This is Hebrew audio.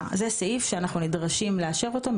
הסעיף הבא הוא סעיף שאנחנו נדרשים לאשר אותו,